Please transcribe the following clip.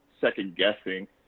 second-guessing